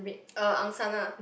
uh Angsana